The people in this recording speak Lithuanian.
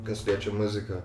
kas liečia muziką